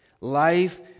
Life